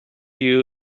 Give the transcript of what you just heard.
you